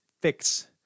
fix